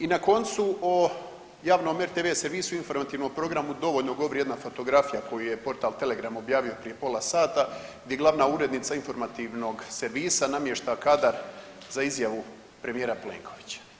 I na koncu o javnom RTV servisu informativnom programu dovoljno govori jedna fotografija koju je portal Telegram objavio prije pola sata, gdje glavna urednica informativnog servisa namješta kadar za izjavu premijera Plenkovića.